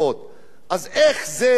אז איך זה מתייחס